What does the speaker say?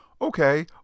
okay